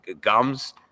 gums